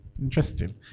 Interesting